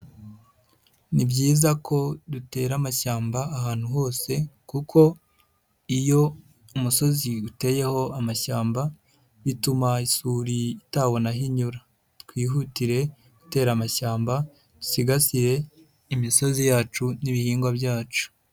Ni byiza ko dutera amashyamba ahantu hose kuko iyo umusozi uteyeho amashyamba ituma isuri itabona aho inyura. Twihutire gutera amashyamba dusigasire imisozi yacu n'ibihingwa byacu.